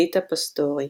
דיטה פאסטורי.